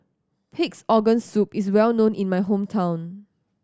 Pig's Organ Soup is well known in my hometown